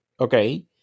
Okay